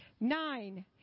Nine